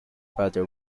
brother